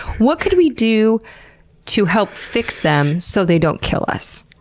what could we do to help fix them so they don't kill us,